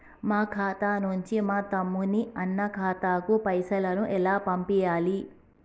మా ఖాతా నుంచి మా తమ్ముని, అన్న ఖాతాకు పైసలను ఎలా పంపియ్యాలి?